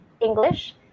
English